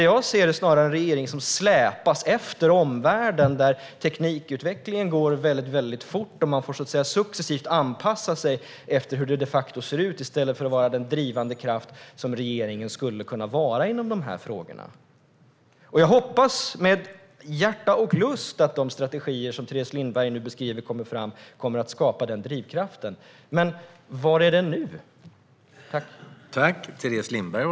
Jag ser snarare en regering som släpas efter omvärlden, där teknikutvecklingen går fort och man får successivt anpassa sig efter hur det de facto ser ut i stället för att vara den drivande kraft som regeringen skulle kunna vara inom dessa frågor. Jag hoppas med hjärta och lust att de strategier som Teres Lindberg beskriver kommer att skapa den drivkraften. Var är den nu?